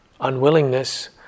unwillingness